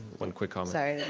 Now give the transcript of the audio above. one quick comment.